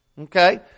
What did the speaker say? Okay